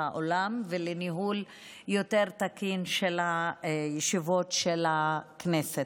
האולם ולניהול יותר תקין של הישיבות של הכנסת.